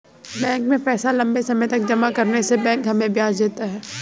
bank में पैसा लम्बे समय तक जमा रहने से बैंक हमें ब्याज देता है